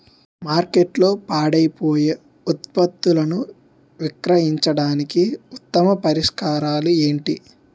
మార్కెట్లో పాడైపోయే ఉత్పత్తులను విక్రయించడానికి ఉత్తమ పరిష్కారాలు ఏంటి?